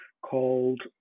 called